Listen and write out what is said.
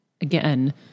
again